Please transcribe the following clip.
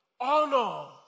honor